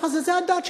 זו הדת שלהם.